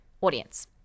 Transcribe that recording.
audience